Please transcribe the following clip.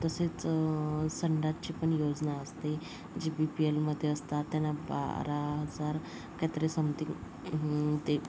तसेच संडासची पण योजना असते जी बी पी एलमध्ये असतात त्यांना बारा हजार काही तरी समथिंग ते